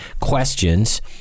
questions